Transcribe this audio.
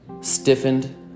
stiffened